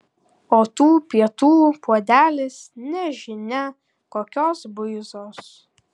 o tų pietų puodelis nežinia kokios buizos